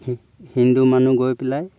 হিন্দু মানুহ গৈ পেলাই